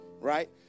right